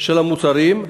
של המוצרים,